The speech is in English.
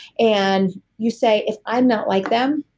and you say if i'm not like them,